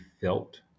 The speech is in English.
felt